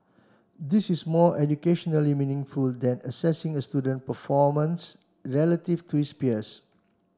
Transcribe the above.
this is more educationally meaningful than assessing a student performance relative to his peers